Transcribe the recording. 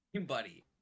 buddy